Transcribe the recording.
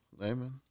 amen